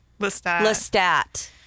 Lestat